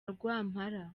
rwampara